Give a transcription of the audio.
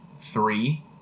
three